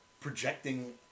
projecting